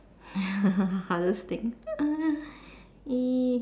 hardest thing